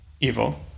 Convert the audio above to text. evil